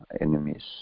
enemies